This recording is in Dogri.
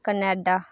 कनैडा